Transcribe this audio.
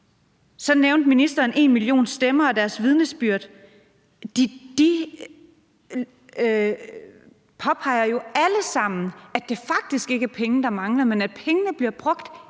Så nævnte ministeren #enmillionstemmer og deres vidnesbyrd. De påpeger jo alle sammen, at det faktisk ikke er penge, der mangler, men at pengene bliver brugt